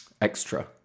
extra